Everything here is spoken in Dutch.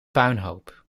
puinhoop